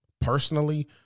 personally